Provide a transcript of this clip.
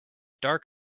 dark